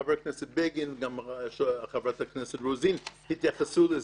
חבר הכנסת בגין וגם חברת הכנסת רוזין התייחסו לזה.